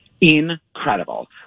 Incredible